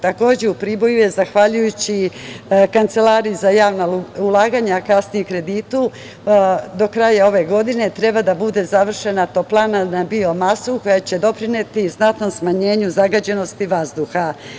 Takođe u Priboju, je zahvaljujući Kancelariji za javna ulaganja i kasnije kreditu, do kraja ove godine, treba da bude završena i toplana na biomasu koja će doprineti i znatnom smanjenju zagađenosti vazduha.